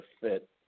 fit